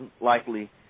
likely